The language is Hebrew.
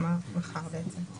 כלומר, בעצם מחר.